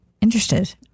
interested